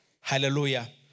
Hallelujah